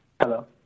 Hello